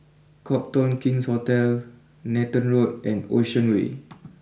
Copthorne King's Hotel Nathan Road and Ocean way